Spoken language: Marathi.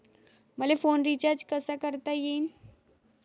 मले फोन रिचार्ज कसा करता येईन?